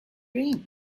dream